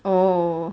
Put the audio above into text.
oh